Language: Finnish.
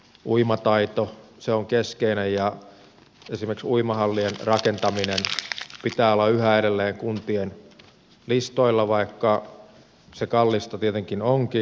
uimataito on keskeinen ja esimerkiksi uimahallien rakentamisen pitää olla yhä edelleen kuntien listoilla vaikka se kallista tietenkin onkin